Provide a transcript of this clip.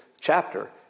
chapter